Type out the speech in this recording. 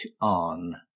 on